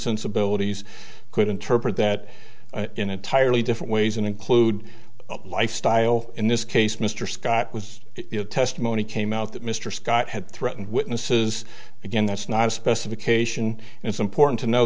sensibilities could interpret that in entirely different ways and include lifestyle in this case mr scott was testimony came out that mr scott had threatened witnesses again that's not a specification and it's important to no